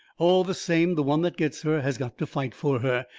all the same, the one that gets her has got to fight for her.